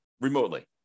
remotely